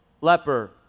leper